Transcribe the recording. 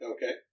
Okay